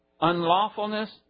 unlawfulness